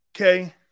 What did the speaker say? Okay